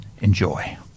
enjoy